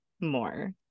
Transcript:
more